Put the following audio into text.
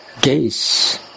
gaze